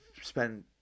spend